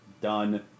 Done